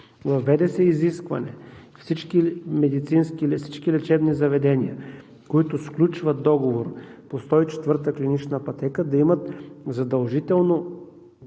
всички медицински или всички лечебни заведения, които сключват договор по 104-та клинична пътека, да имат задължително